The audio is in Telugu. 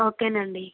ఓకేనండి